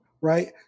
Right